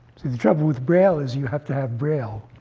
see, the trouble with braille is you have to have braille.